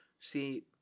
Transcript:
See